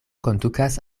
kondukas